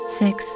six